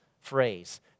phrase